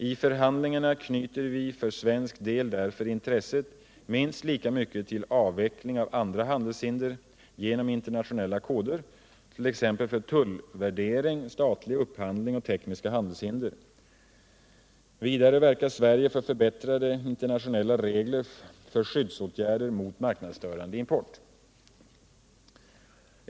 I förhandlingarna knyter vi för svensk del därför intresset minst lika mycket till avveckling av andra handelshinder genom internationella koder, t.ex. för tullvärdering, statlig upphandling och tekniska handelshinder. Vidare verkar Sverige för förbättrade internationella regler för skyddsåtgärder mot marknadsstörande import.